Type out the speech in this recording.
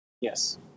Yes